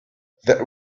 that